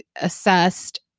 assessed